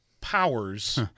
powers